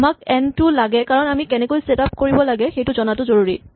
আমাক এন টো লাগে কাৰণ আমি কেনেকৈ ছেট আপ কৰিব লাগে সেইটো জনাটো জৰুৰী